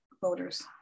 voters